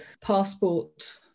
passport